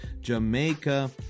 Jamaica